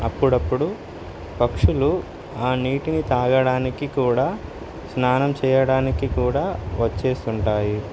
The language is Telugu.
అప్పుడప్పుడు పక్షులు ఆ నీటిని తాగడానికి కూడా స్నానం చేయడానికి కూడా వచ్చేస్తుంటాయి